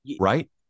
right